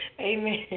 Amen